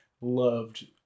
loved